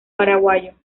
paraguayo